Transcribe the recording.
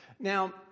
Now